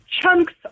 Chunks